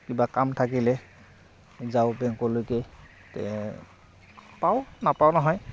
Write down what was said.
কিবা কাম থাকিলে যাওঁ বেংকলৈকে পাওঁ নাপাওঁ নহয়